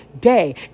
day